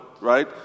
Right